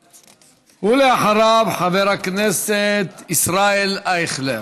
ואחריו, חבר הכנסת ישראל אייכלר.